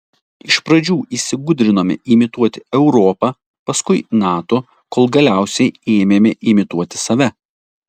iš pradžių įsigudrinome imituoti europą paskui nato kol galiausiai ėmėme imituoti save